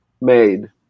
made